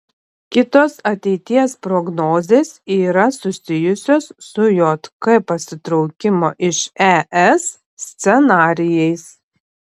kitos ateities prognozės yra susijusios su jk pasitraukimo iš es scenarijais